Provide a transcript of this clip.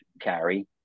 carry